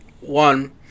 One